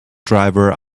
driver